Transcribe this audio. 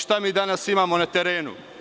Šta mi danas imamo na terenu?